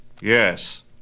Yes